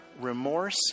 remorse